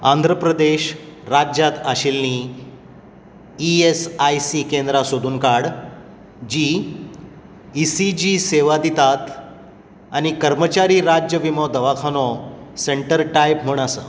आंध्र प्रदेश राज्यांत आशिल्लीं E S I C केंद्रां सोदून काड जीं ई सी जी सेवा दितात आनी कर्मचारी राज्य विमो दवाखानो सेंटर टायप म्हूण आसात